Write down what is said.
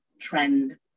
trend